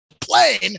plane